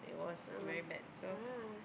oh ah